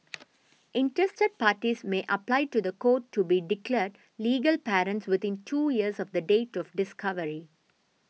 interested parties may apply to the court to be declared legal parents within two years of the date of discovery